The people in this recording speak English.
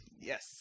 Yes